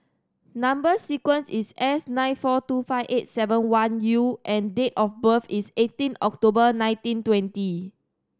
number sequence is S nine four two five eight seven one U and date of birth is eighteen October nineteen twenty